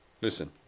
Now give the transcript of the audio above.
Listen